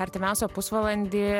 artimiausią pusvalandį